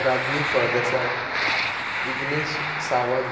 Rajni Phaldesai Vignesh Sawant